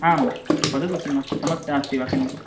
आं वदतु किमस्ति समस्या अस्ति वा किमपि